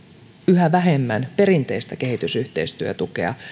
yhä vähemmän perinteistä kehitysyhteistyötukea